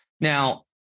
Now